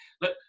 look